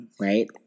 right